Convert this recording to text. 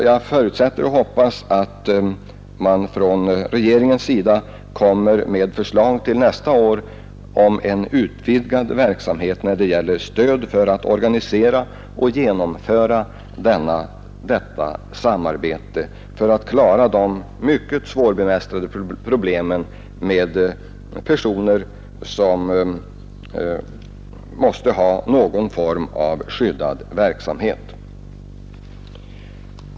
Jag förutsätter och hoppas att regeringen kommer med förslag till nästa år om en utvidgad verksamhet när det gäller stöd för att organisera och genomföra detta samarbete för att klara de mycket svårbemästrade problemen med personer som måste ha någon form av skyddad sysselsättning.